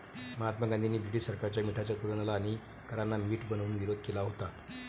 महात्मा गांधींनी ब्रिटीश सरकारच्या मिठाच्या उत्पादनाला आणि करांना मीठ बनवून विरोध केला होता